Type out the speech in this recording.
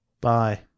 bye